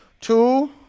Two